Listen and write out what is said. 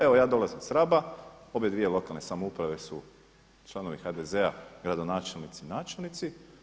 Evo ja dolazim sa Raba, obadvije lokalne samouprave su članovi HDZ-a, gradonačelnici i načelnici.